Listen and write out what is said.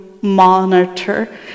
monitor